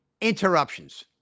interruptions